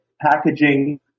packaging